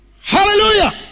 Hallelujah